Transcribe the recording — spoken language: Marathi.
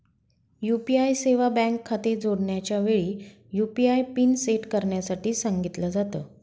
यू.पी.आय सेवा बँक खाते जोडण्याच्या वेळी, यु.पी.आय पिन सेट करण्यासाठी सांगितल जात